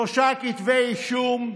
שלושה כתבי אישום: